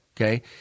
okay